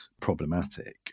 problematic